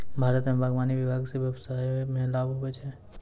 भारत मे बागवानी विभाग से व्यबसाय मे लाभ हुवै छै